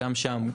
גם שם,